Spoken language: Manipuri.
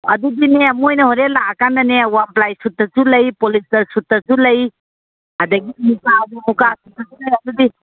ꯑꯗꯨꯗꯤꯅꯦ ꯃꯣꯏꯅ ꯍꯣꯔꯦꯟ ꯂꯥꯛꯑꯀꯥꯟꯗꯅꯦ ꯋꯥꯟ ꯄ꯭ꯂꯥꯏ ꯁꯨꯠꯇꯁꯨ ꯂꯩ ꯄꯣꯂꯤꯁꯇꯔ ꯁꯨꯠꯇꯁꯨ ꯂꯩ ꯑꯗꯒꯤ ꯃꯨꯀꯥ